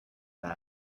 that